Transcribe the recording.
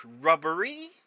rubbery